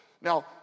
Now